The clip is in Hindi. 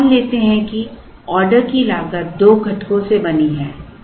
अब मान लेते हैं कि ऑर्डर की लागत दो घटकों से बनी है